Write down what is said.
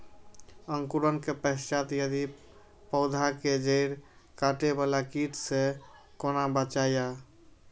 अंकुरण के पश्चात यदि पोधा के जैड़ काटे बाला कीट से कोना बचाया?